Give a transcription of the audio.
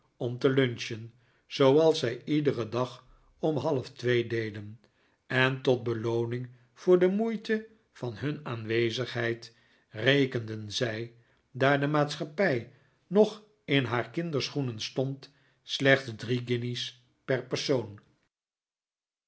om te lunchen zooals zij iederen dag om half twee deden en tot belooning voor de moeite van hun aanwezigheid rekenden zij daar de maatschappij nog in haar kinderschoenen stond slechts drie guinjes per persoon